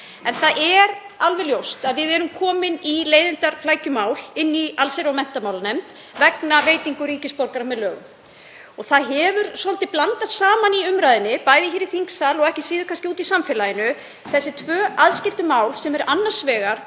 En það er alveg ljóst að við erum komin í leiðinda flækjumál í allsherjar- og menntamálanefnd vegna veitingar ríkisborgararéttar með lögum. Þar hafa svolítið blandast saman í umræðunni, bæði hér í þingsal og kannski ekki síður úti í samfélaginu, þessi tvö aðskildu mál sem eru annars vegar